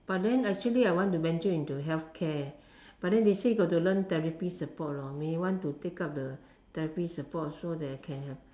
but then actually I want to venture into healthcare but then they say got to learn therapy support lor may want to take up the therapy support so that I can have